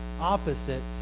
opposite